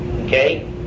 okay